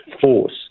force